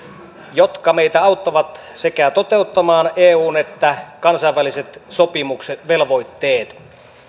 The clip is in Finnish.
jotka meitä auttavat toteuttamaan sekä eun että kansainväliset sopimukset velvoitteet